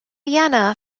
vienna